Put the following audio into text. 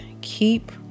keep